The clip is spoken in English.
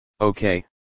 Okay